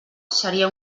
seria